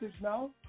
now